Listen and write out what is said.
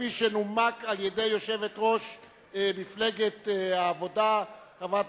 שנומקה על-ידי יושבת-ראש מפלגת העבודה חברת